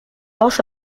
also